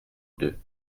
deux